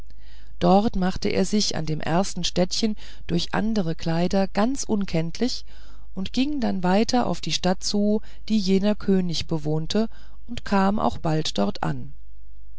dort machte er sich in dem ersten städtchen durch andere kleider ganz unkenntlich und ging dann weiter auf die stadt zu die jener könig bewohnte und kam auch bald dort an